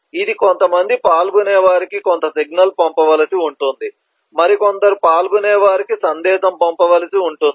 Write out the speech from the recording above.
ఇది కొంతమంది పాల్గొనేవారికి కొంత సిగ్నల్ పంపవలసి ఉంటుంది మరికొందరు పాల్గొనేవారికి సందేశం పంపవలసి ఉంటుంది